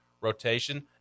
rotation